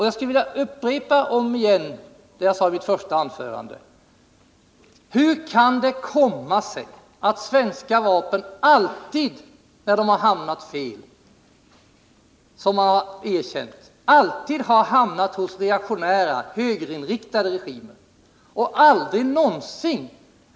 Jag skulle vilja upprepa vad jag sade i mitt första anförande: Hur kan det komma sig att svenska vapen, när de har hamnat fel — vilket har erkänts — alltid har hamnat hos reaktionära, högerinriktade regimer och aldrig någonsin hos en regim av motsatt slag?